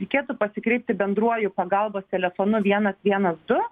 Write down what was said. reikėtų pasikreipti bendruoju pagalbos telefonu vienas vienas du